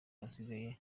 hasigaye